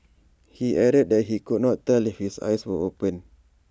he added that he could not tell if his eyes were open